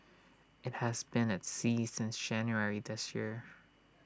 IT has been at sea since January this year